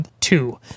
two